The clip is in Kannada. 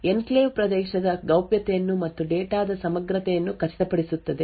ಎನ್ಕ್ಲೇವ್ ಪ್ರದೇಶದ ಗೌಪ್ಯತೆಯನ್ನು ಮತ್ತು ಡೇಟಾದ ಸಮಗ್ರತೆಯನ್ನು ಖಚಿತಪಡಿಸುತ್ತದೆ